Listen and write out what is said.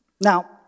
Now